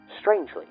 strangely